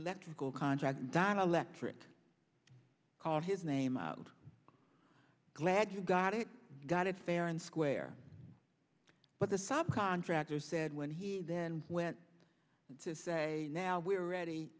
electrical contract than electorate call his name out glad you got it got it fair and square but the sub contractor said when he then went on to say now we're ready